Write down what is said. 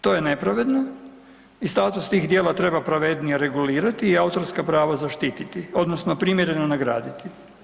To je nepravedno i status tih dijela treba pravednije regulirati i autorska prava zaštititi odnosno primjereno nagraditi.